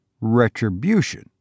retribution